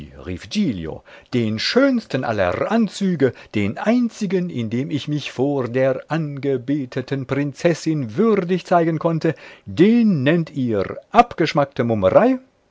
den schönsten aller anzüge den einzigen in dem ich mich vor der angebeteten prinzessin würdig zeigen konnte den nennt ihr abgeschmackte